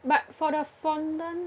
but for the fondant